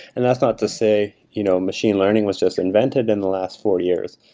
and that's not to say you know machine learning was just invented in the last four years.